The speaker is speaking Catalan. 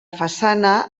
façana